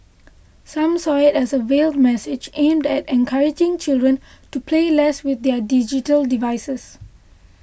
some saw it as a veiled message aimed at encouraging children to play less with their digital devices